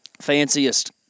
fanciest